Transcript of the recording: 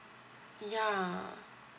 ya